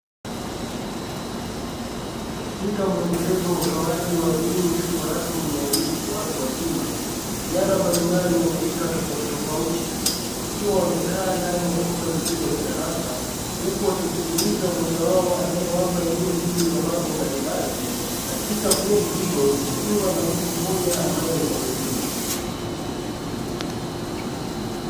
Katika muendelezo wa utoaji wa elimu isiyo rasmi na elimu kwa watu wazima vijana mbalimbali wenye rika tofauti tofauti wakiwa wamekaa ndani ya chumba kikubwa cha darasa, huku wakimsikiliza mmoja wao anaewapa elimu juu ya mambo mbalimbali katika kundi hilo kukiwa na mtu mmoja ambaye ni albino.